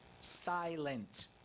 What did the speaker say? silent